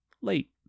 late